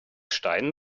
stein